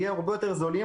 יהיו הרבה יותר זולים,